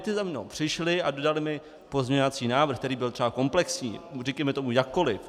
Ti za mnou přišli a dodali mi pozměňovací návrh, který byl třeba komplexní, říkejme tomu jakkoliv.